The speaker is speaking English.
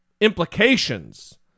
implications